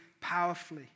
powerfully